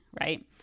right